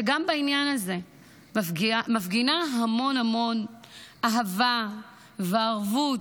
שגם בעניין הזה מפגינה המון המון אהבה וערבות